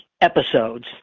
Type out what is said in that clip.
episodes